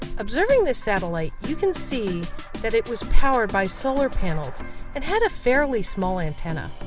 observing the satellite, you can see that it was powered by solar panels and had a fairly small antenna.